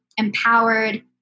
empowered